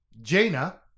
Jaina